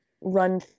run